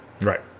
right